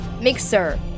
Mixer